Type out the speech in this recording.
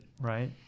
Right